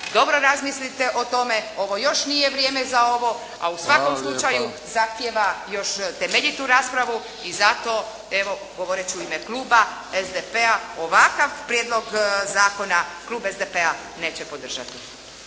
dobro razmislite o tome, ovo još nije vrijeme za ovo, a u svakom slučaju zahtjeva još temeljitu raspravu i zato evo govoreći u ime kluba SDP-a ovakav prijedlog zakona klub SDP-a neće podržati.